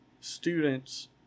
students